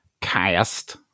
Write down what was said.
cast